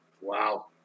Wow